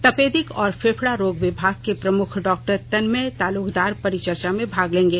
तपेदिक और फेफडा रोग विभाग के प्रमुख डॉक्टर तन्मय तालुकदार परिचर्चा में भाग लेंगे